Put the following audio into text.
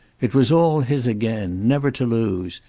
it was all his again, never to lose,